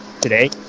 today